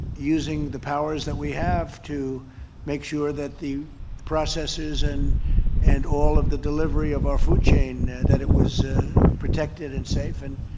using the powers that we have to make sure that the the processes and and all of the delivery of our food chain that it was protected and safe and.